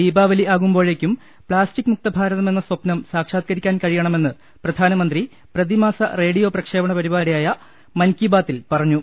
ദീപാവലി ആകു മ്പോഴേക്കും പ്ലാസ്റ്റിക് മുക്ത ഭാരതമെന്ന സ്വപ്നം സാക്ഷാത്കരിക്കാൻ കഴിയണമെന്ന് പ്രധാനമന്ത്രി പ്രതിമാസ റേഡിയോ പ്രക്ഷേപണ പരിപാ ടിയായ മൻകി ബാത് ൽ പറഞ്ഞു